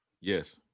Yes